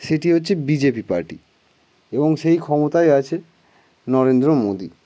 সেটি হচ্ছে BJP party এবং সেই ক্ষমতায় আছে নরেন্দ্র মোদি